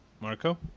marco